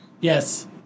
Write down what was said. Yes